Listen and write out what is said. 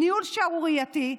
ניהול שערורייתי.